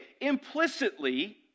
implicitly